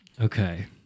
okay